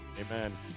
Amen